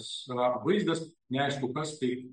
tas yra vaizdas neaišku kas tai